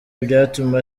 ibyatuma